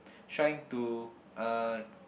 trying to uh